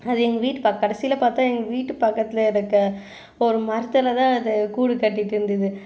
அது எங்கள் வீட்டு ப கடைசியில் பார்த்தா எங்கள் வீட்டுப் பக்கத்தில் இருக்கற ஒரு மரத்தில் தான் அது கூடு கட்டிகிட்டு இருந்தது